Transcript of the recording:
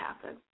happen